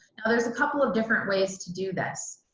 now there's a couple of different ways to do this.